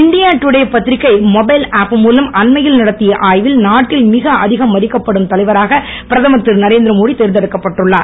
India Today பத்திரிகை mobile app மூலம் அண்மையில் நடத்திய ஆய்வில் நாட்டில் மிக அதிகம் மதிக்கப்படும் தலைவராக பிரதமர் இருநரேந்திர மோடி தேர்ந்தெடுக்கப் பட்டுள்ளார்